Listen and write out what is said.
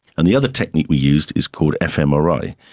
and the other technique we used is called fmri,